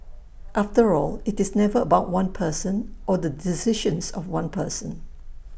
after all IT is never about one person or the decisions of one person